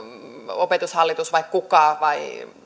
opetushallitus vai kuka vai